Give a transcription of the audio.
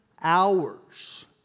hours